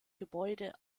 gebäude